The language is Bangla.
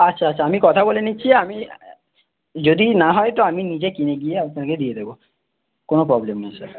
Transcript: আচ্ছা আচ্ছা আমি কথা বলে নিচ্ছি আমি যদি না হয় তো আমি নিজে কিনে গিয়ে আপনাকে দিয়ে দেব কোন প্রবলেম নেই স্যার